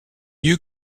you